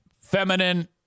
feminine